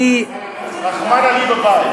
טוב.